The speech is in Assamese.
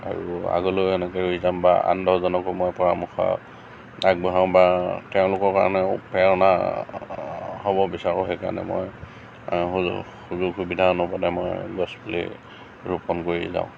আৰু আগলৈ এনেকৈ কৰি যাম বা আন দহজনকো পৰামৰ্শ আগবঢ়াম বা তেওঁলোকৰ কাৰণেও প্ৰেৰণা হ'ব বিচাৰোঁ সেইকাৰণে মই সুযোগ সুবিধা অনুপাতে মই গছপুলি ৰোপন কৰি যাম